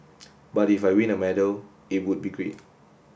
but if I win a medal it would be great